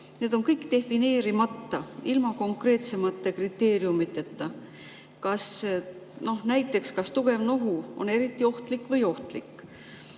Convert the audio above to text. need kõik on defineerimata, ilma konkreetsemate kriteeriumideta. Kas näiteks tugev nohu on eriti ohtlik või ohtlik?